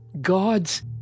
God's